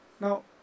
Now